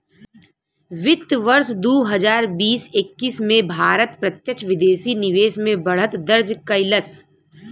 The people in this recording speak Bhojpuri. वित्त वर्ष दू हजार बीस एक्कीस में भारत प्रत्यक्ष विदेशी निवेश में बढ़त दर्ज कइलस